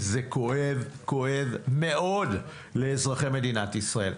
וזה כואב, כואב מאוד לאזרחי מדינת ישראל.